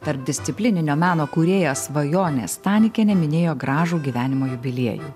tarpdisciplininio meno kūrėja svajonė stanikienė minėjo gražų gyvenimo jubiliejų